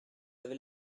avez